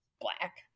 Black